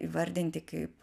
įvardinti kaip